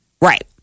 Right